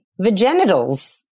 vaginitals